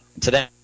Today